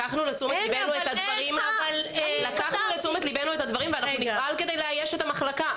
לקחנו לתשומת לבנו את הדברים ואנחנו נפעל כדי לאייש את המחלקה.